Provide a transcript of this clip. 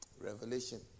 Revelation